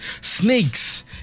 snakes